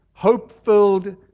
hope-filled